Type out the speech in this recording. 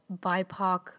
BIPOC